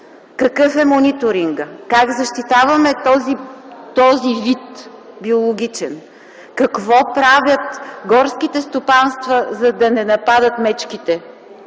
какъв е мониторингът, как защитаваме този биологичен вид, какво правят горските стопанства, за да не нападат мечките